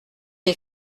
les